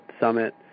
Summit